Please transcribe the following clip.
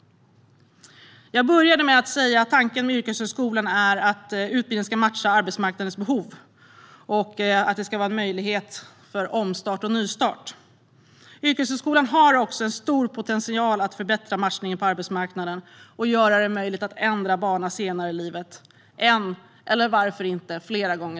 Jag började med att säga att tanken med yrkeshögskolan är att utbildningen ska matcha arbetsmarknadens behov och att den ska innebära en möjlighet till omstart och nystart. Yrkeshögskolan har också en stor potential att förbättra matchningen på arbetsmarknaden och göra det möjligt att byta bana senare i livet, en eller flera gånger.